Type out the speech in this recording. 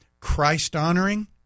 christ-honoring